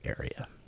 area